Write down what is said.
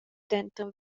denter